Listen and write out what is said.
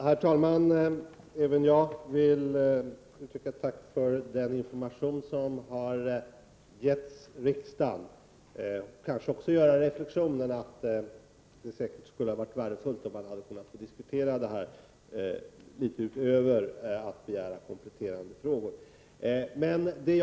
Herr talman! Även jag vill uttrycka ett tack för den information som har getts riksdagen. Jag vill också göra den reflexionen att det skulle ha varit värdefullt om vi, utöver att ställa kompletterande frågor, hade kunnat diskutera detta.